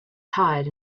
tired